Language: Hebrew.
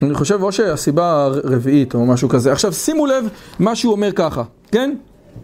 אני חושב או שהסיבה הרביעית או משהו כזה. עכשיו שימו לב מה שהוא אומר ככה, כן?